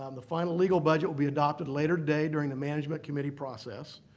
um the final legal budget will be adopted later today during the management committee process,